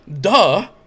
duh